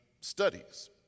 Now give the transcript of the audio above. studies